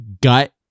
gut